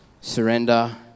surrender